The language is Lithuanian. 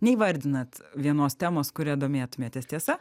neįvardinat vienos temos kuria domėtumėtės tiesa